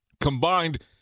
Combined